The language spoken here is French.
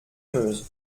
meuse